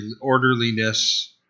orderliness